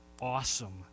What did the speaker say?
awesome